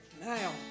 now